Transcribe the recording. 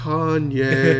Kanye